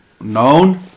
known